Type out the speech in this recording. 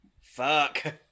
Fuck